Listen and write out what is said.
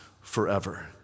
forever